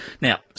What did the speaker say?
Now